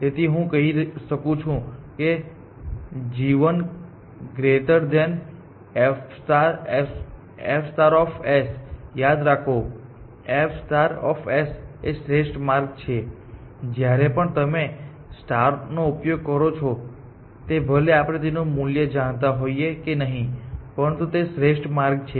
તેથી હું કહી શકું છું કે g1 f યાદ રાખો કે f એ શ્રેષ્ઠ માર્ગ છે જ્યાં પણ તમે સ્ટાર નો ઉપયોગ કરો છો તે ભલે આપણે તેનું મૂલ્ય જાણતા હોઈએ કે નહિ પરંતુ તે શ્રેષ્ઠ માર્ગ છે